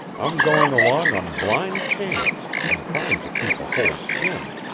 i'm going along on blind chance, and trying to keep a whole skin.